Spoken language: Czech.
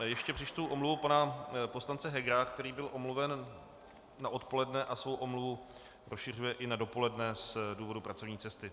Ještě přečtu omluvu pana poslance Hegera, který byl omluven na odpoledne a svou omluvu rozšiřuje i na dopoledne z důvodu pracovní cesty.